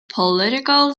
political